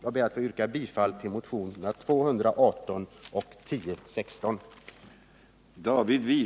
Jag ber att få yrka bifall till motionerna 1977 78:1016.